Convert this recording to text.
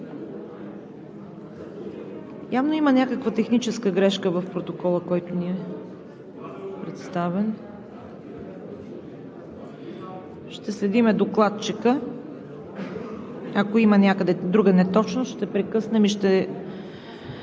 Явно има някаква техническа грешка в протокола, който ни е представен. Ще следим докладчика. Ако има някъде друга неточност, ще прекъснем и ще